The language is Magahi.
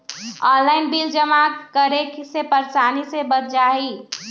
ऑनलाइन बिल जमा करे से परेशानी से बच जाहई?